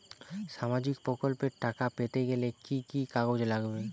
সামাজিক প্রকল্পর টাকা পেতে গেলে কি কি কাগজ লাগবে?